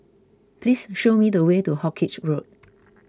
please show me the way to Hawkinge Road